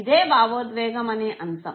ఇదే భావోద్వేగం అనే అంశం